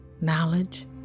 knowledge